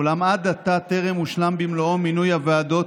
אולם עד עתה טרם הושלם במלואו מינוי הוועדות,